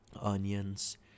onions